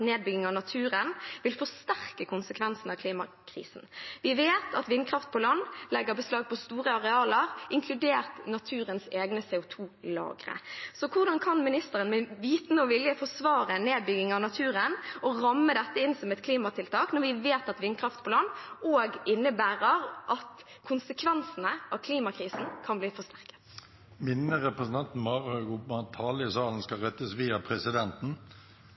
nedbygging av naturen vil forsterke konsekvensene av klimakrisen. Vi vet at vindkraft på land legger beslag på store arealer, inkludert naturens egne CO 2 -lagre. Hvordan kan ministeren med viten og vilje forsvare nedbygging av naturen og ramme dette inn som et klimatiltak når vi vet at vindkraft på land også innebærer at konsekvensene av klimakrisen kan bli forsterket?